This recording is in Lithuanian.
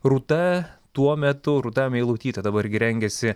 rūta tuo metu rūta meilutytė dabar gi rengiasi